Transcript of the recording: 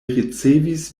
ricevis